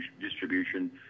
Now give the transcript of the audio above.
distribution